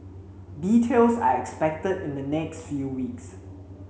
details are expected in the next few weeks